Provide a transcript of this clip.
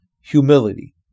Humility